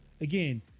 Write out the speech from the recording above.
Again